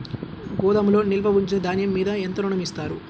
గోదాములో నిల్వ ఉంచిన ధాన్యము మీద ఎంత ఋణం ఇస్తారు?